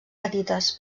petites